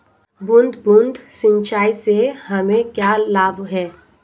बूंद बूंद सिंचाई से हमें क्या लाभ है?